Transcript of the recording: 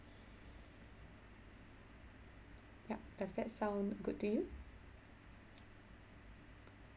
yup does that sound good to you